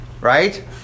Right